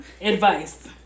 Advice